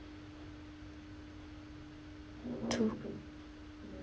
two